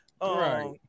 Right